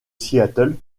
seattle